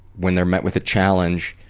when they're met with a challenge,